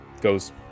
...goes